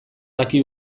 daki